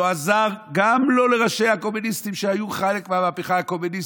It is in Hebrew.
לא עזר גם לא לראשי הקומוניסטים שהם היו חלק מהמהפכה הקומוניסטית,